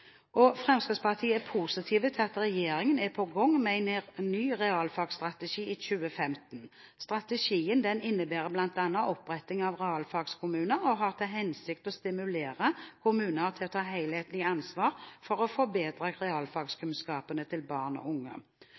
framtiden. Fremskrittspartiet er positiv til at regjeringen er på gang med en ny realfagsstrategi i 2015. Strategien innebærer bl.a. oppretting av realfagskommuner og har til hensikt å stimulere kommuner til å ta helhetlig ansvar for å forbedre realfagskunnskapene til barn og unge.